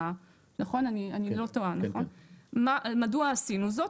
מדוע עשינו זאת?